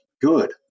good